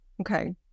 Okay